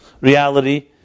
reality